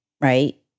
Right